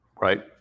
right